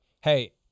Hey